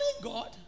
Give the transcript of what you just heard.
God